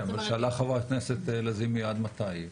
שאלה ח"כ לזימי עד מתי.